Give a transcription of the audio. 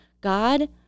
God